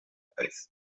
uit